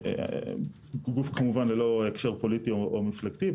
אנחנו גוף כמובן ללא הקשר פוליטי או מפלגתי,